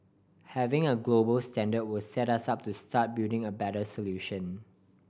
having a global standard will set us up to start building a better solution